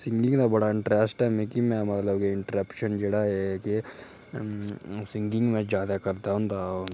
singing दा बड़ा interest ऐ मिगी मेरा मतलब इंटरसेप्शन जेह्ड़ा ऐ कि सिंगिंग में जादा करदा होन्दा हा